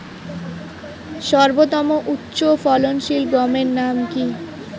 সর্বতম উচ্চ ফলনশীল গমের নাম কি?